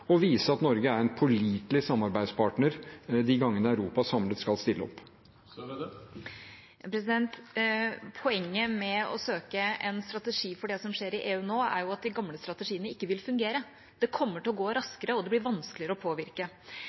og vise at Norge er en pålitelig samarbeidspartner de gangene Europa samlet skal stille opp. Poenget med å søke en strategi for det som skjer i EU nå, er jo at de gamle strategiene ikke vil fungere. Det kommer til å gå raskere, og det blir vanskeligere å påvirke.